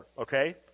okay